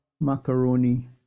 Macaroni